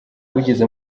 wigeze